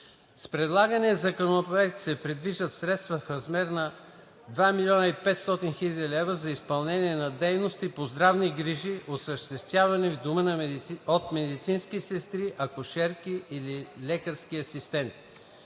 С предлагания законопроект се предвиждат средства в размер на 2 500 000 лв. за изпълнение на дейността по здравни грижи, осъществявана в дома от медицински сестри, акушерки или лекарски асистенти.